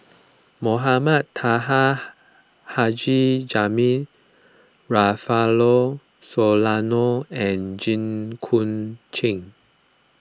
Mohamed Taha Haji Jamil Rufino Soliano and Jit Koon Ch'ng